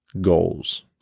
goals